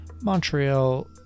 montreal